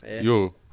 yo